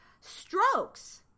strokes